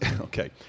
okay